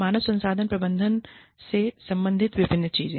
मानव संसाधन प्रबंधन से संबंधित विभिन्न चीजें